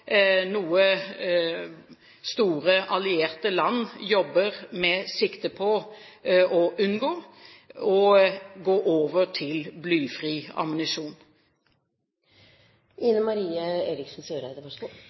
store allierte land jobber med dette med sikte på å gå over til blyfri